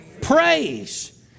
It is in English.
Praise